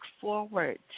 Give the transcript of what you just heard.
forward